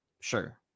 sure